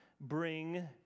bring